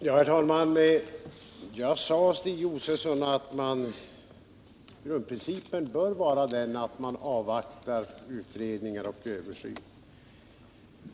Herr talman! Jag sade, Stig Josefson, att grundprincipen bör vara att avvakta utredningar.